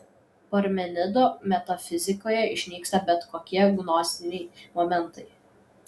parmenido metafizikoje išnyksta bet kokie gnostiniai momentai